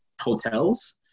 hotels